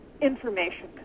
information